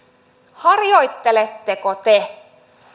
harjoitteletteko te